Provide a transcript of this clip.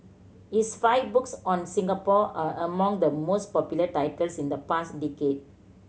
his five books on Singapore are among the most popular titles in the past decade